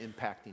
impacting